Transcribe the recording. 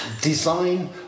design